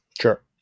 sure